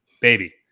baby